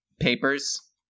papers